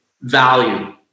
value